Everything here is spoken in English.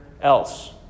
else